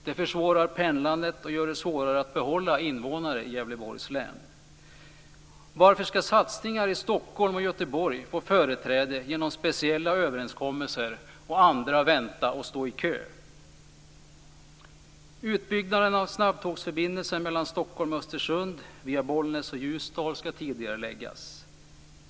Det försvårar pendlandet och gör det svårare att behålla invånare i Varför skall satsningar i Stockholm och Göteborg få företräde genom speciella överenskommelser, medan andra väntar och står i kö? Stockholm och Östersund via Bollnäs och Ljusdal skall tidigareläggas.